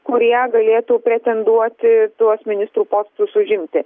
kurie galėtų pretenduoti tuos ministrų postus užimti